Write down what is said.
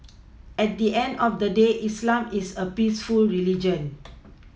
at the end of the day islam is a peaceful religion